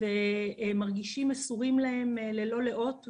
ומרגישים מסורים להם ללא לאות.